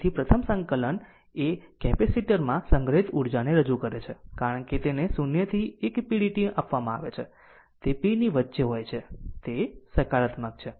તેથી આમ પ્રથમ સંકલન એ કેપેસિટર માં સંગ્રહિત ઉર્જાને રજૂ કરે છે કારણ કે તેને 0 થી 1 pdt આપવામાં આવે છે જે તે p ની વચ્ચે હોય છે તે સકારાત્મક છે